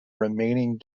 remaining